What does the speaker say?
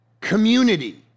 community